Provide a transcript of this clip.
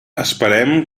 esperem